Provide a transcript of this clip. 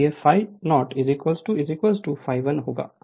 इसलिए ∅0 ∅1 होगा